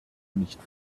nicht